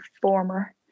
former